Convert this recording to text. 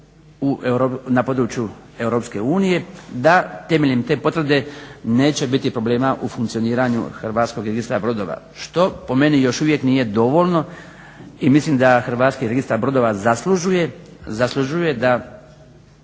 unije, da temeljem te potvrde neće biti problema u funkcioniranju Hrvatskog registra brodova. Što po meni još uvijek nije dovoljno i mislim da Hrvatski registar brodova zaslužuje,